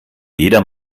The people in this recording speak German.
jeder